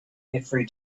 every